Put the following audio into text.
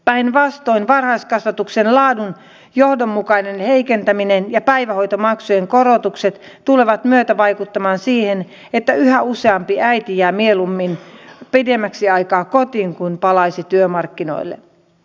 päinvastoin varhaiskasvatuksen laadun johdonmukainen heikentäminen ja päivähoitomaksujen korotukset tulevat myötävaikuttamaan siihen että yhä useampi äiti jää mieluummin pidemmäksi aikaa kotiin kuin palaisi työmarkkinoille